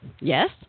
Yes